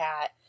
cat